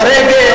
לפשיטת רגל.